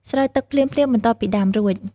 ស្រោចទឹកភ្លាមៗបន្ទាប់ពីដាំរួច។